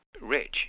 rich